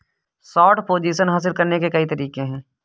short position हासिल करने के कई तरीके हैं